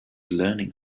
learning